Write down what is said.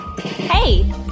Hey